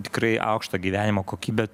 tikrai aukštą gyvenimo kokybę